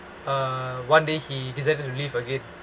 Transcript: uh one day he decided to leave again